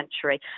century